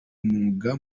mwuga